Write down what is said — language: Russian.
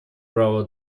право